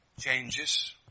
changes